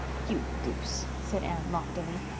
you goose! said anne loftily.